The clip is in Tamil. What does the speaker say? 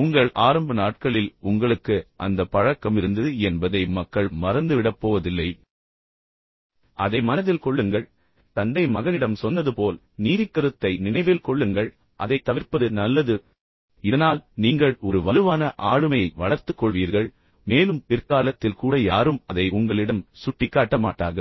உங்கள் ஆரம்ப நாட்களில் உங்களுக்கு அந்த பழக்கம் இருந்தது என்பதை மக்கள் மறந்துவிடப் போவதில்லை எனவே அதை மனதில் கொள்ளுங்கள் தந்தை மகனிடம் சொன்னது போல் எனவே நீதிக்கருத்தை நினைவில் கொள்ளுங்கள் அதைத் தவிர்ப்பது நல்லது இதனால் நீங்கள் ஒரு வலுவான ஆளுமையை வளர்த்துக் கொள்வீர்கள் மேலும் பிற்காலத்தில் கூட யாரும் அதை உங்களிடம் சுட்டிக்காட்டமாட்டார்கள்